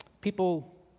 People